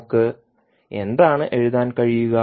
നമുക്ക് എന്താണ് എഴുതാൻ കഴിയുക